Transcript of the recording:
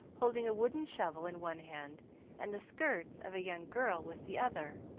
holding a wooden shovel in one hand and the skirts of a young girl with the other.